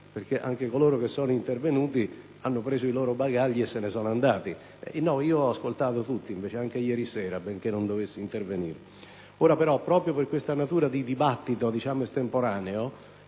perché anche coloro che sono intervenuti hanno preso i loro bagagli e se ne sono andati. Io invece ho ascoltato tutti, anche ieri sera benché non dovessi intervenire. Ora però, proprio per la natura, diciamo, estemporanea